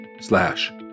slash